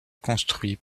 construit